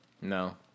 No